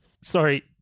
Sorry